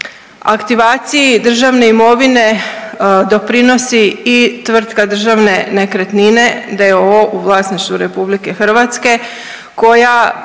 Aktivaciji državne imovine doprinosi i tvrtka Državne nekretnine d.o.o. u vlasništvu RH koja